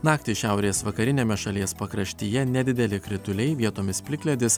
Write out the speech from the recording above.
naktį šiaurės vakariniame šalies pakraštyje nedideli krituliai vietomis plikledis